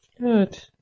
Good